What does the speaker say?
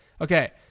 Okay